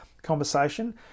Conversation